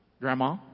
Grandma